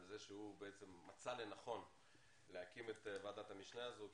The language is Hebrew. על זה שהוא בעצם מצא לנכון להקים את ועדת המשנה הזאת.